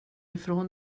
ifrån